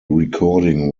recording